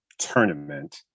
tournament